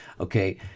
okay